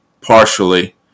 partially